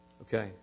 Okay